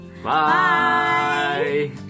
Bye